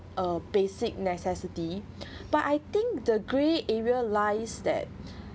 a basic necessity but I think the grey area lies that